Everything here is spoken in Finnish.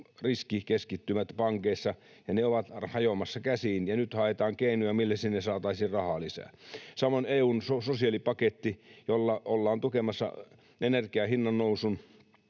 riskikeskittymät pankeissa, ja ne ovat hajoamassa käsiin, ja nyt haetaan keinoja, millä sinne saataisiin rahaa lisää. Samoin on EU:n sosiaalipaketti, jolla ollaan tukemassa energian hinnannousun